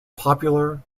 popular